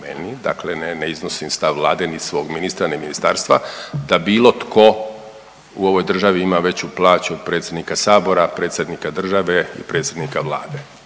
dakle ne iznosim stav Vlade ni svog ministra, ni ministarstva da bilo tko u ovoj državi ima veću plaću od predsjednika sabora, predsjednika države i predsjednika vlade,